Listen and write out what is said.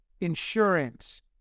insurance